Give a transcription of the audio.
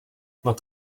nad